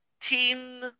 teen